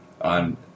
on